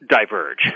diverge